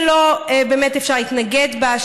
שלא באמת אפשר להתנגד בה,